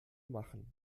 machen